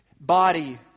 body